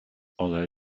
although